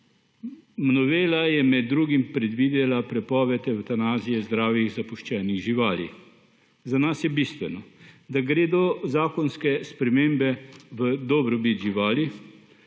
Novela je med drugim predvidela prepoved evtanazije zdravih zapuščenih živali. Za nas je bistveno, da gredo zakonske spremembe v dobrobit živali,